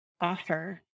offer